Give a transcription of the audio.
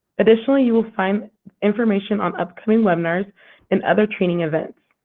additionally, you will find information on upcoming webinars and other training events.